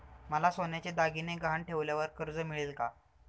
मला सोन्याचे दागिने गहाण ठेवल्यावर कर्ज मिळेल का?